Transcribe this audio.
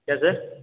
क्या सर